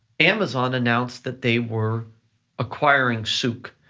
amazon announced that they were acquiring souk.